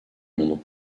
londres